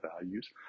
values